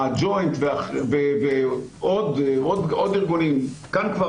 הג'וינט ועוד ארגונים.